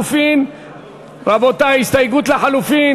קבוצת סיעת ש"ס,